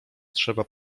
trzeba